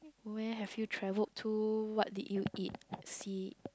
where have you traveled to what did you eat see